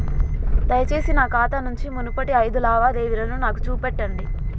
దయచేసి నా ఖాతా నుంచి మునుపటి ఐదు లావాదేవీలను నాకు చూపెట్టండి